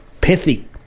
pithy